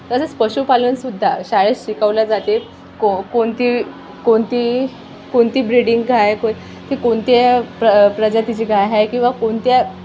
तसेच पशुपालनसुद्धा शाळेत शिकवलं जाते को कोणती कोणती कोणती ब्रीडिंग काय आहे को क कोणत्या प्र प्रजातीची गाय आहे किंवा कोणत्या